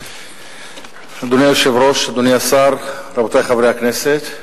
אדוני היושב-ראש, אדוני השר, רבותי חברי הכנסת,